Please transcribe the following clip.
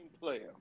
player